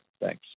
Thanks